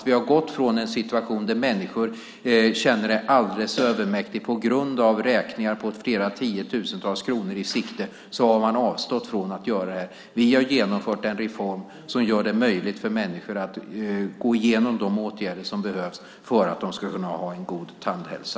Vi har gått från en situation där människor känner det alldeles övermäktigt, där de på grund av räkningar på flera tiotusentals kronor i sikte har avstått från att göra det. Vi har genomfört en reform som gör det möjligt för människor att gå igenom de åtgärder som behövs för att de ska kunna ha en god tandhälsa.